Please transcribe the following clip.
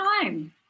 time